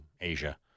Asia